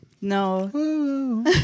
No